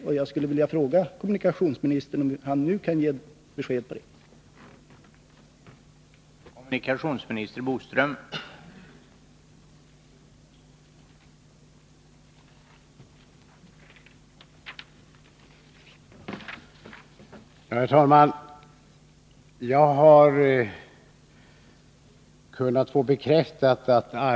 Jag skulle därför vilja fråga om kommunikationsministern kan komplettera sitt svar i det avseendet.